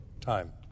time